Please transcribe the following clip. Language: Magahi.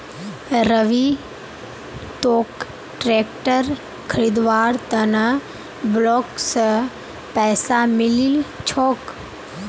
रवि तोक ट्रैक्टर खरीदवार त न ब्लॉक स पैसा मिलील छोक